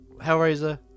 Hellraiser